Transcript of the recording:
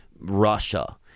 Russia